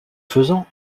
faisant